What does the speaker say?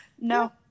no